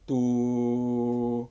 to